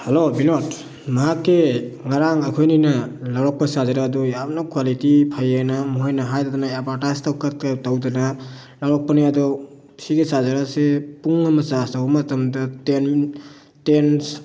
hello ꯕꯤꯗꯣꯗ ꯅꯍꯥꯛꯀꯤ ꯉꯔꯥꯡ ꯑꯩꯈꯣꯏꯅꯤꯅ ꯂꯧꯔꯛꯄ ꯆꯥꯔꯖꯔ ꯑꯗꯨ ꯌꯥꯝꯅ ꯀ꯭ꯋꯥꯂꯤꯇꯤ ꯐꯩ ꯍꯥꯏꯅ ꯃꯣꯏꯅ ꯍꯥꯏꯗꯗꯅ ꯑꯦꯗꯕꯔꯇꯥꯖꯇꯣ ꯇꯧꯗꯅ ꯂꯧꯔꯛꯄꯅꯤ ꯑꯗꯣ ꯁꯤꯒꯤ ꯆꯥꯔꯖꯔ ꯑꯁꯤ ꯄꯨꯡ ꯑꯃ ꯆꯥꯔꯖ ꯇꯧꯕ ꯃꯇꯝꯗ ꯇꯦꯟ ꯇꯦꯟꯁ